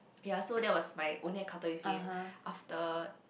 ya so that was my only encounter with him after